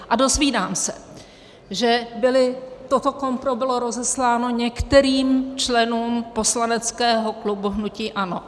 A dozvídám se, že toto kompro bylo rozesláno některým členům poslaneckého klubu hnutí ANO.